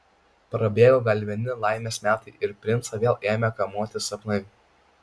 prabėgo gal vieni laimės metai ir princą vėl ėmė kamuoti sapnai